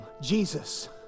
Jesus